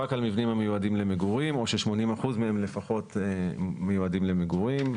רק על מבנים המיועדים למגורים או ש-80% מהם לפחות מיועדים למגורים.